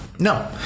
No